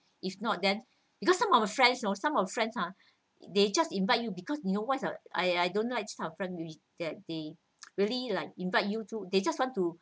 if not then because some of the friends some of friends ah they just invite you because you know what's your I I don't like friends with that they really like invite you too they just want to